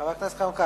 חבר הכנסת חיים כץ,